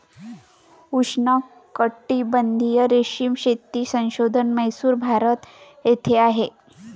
उष्णकटिबंधीय रेशीम शेती संशोधन म्हैसूर, भारत येथे आहे